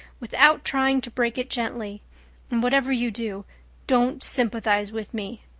without trying to break it gently and whatever you do don't sympathize with me.